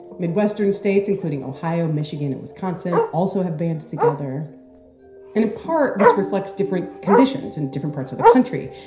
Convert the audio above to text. midwestern states, including ohio, michigan and wisconsin, also have banded together and in part, this reflects different conditions in different parts of the country.